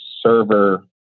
server